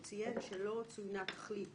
הוא ציין שלא צוינה תכלית